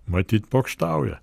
matyt pokštauja